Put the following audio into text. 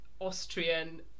Austrian